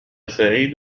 سعيد